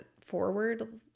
forward